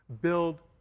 build